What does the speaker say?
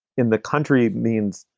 in the country means.